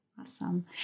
Awesome